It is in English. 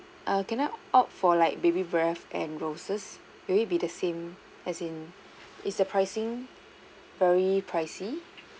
err can I opt for like baby breath and roses will it be the same as in is the pricing very pricey